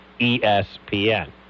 ESPN